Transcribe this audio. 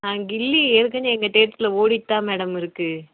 ஆ கில்லி ஏற்கனே எங்கள் தேட்டரில் ஓடிட்டுதான் மேடம் இருக்குது